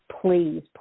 Please